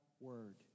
word